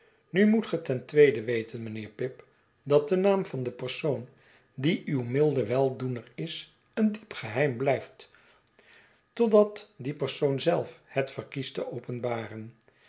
nu moet ge tentweede weten mijnheer pip dat denaam van den persoon die uw milde weldoener is een diep geheim blijft totdat die persoon zeif het verkiest te open